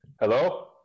Hello